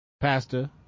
Pastor